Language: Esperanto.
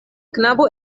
knabo